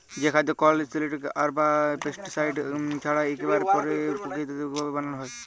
যে খাদ্য কল সিলথেটিক সার বা পেস্টিসাইড ছাড়া ইকবারে পেরাকিতিক ভাবে বানালো হয়